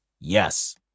yes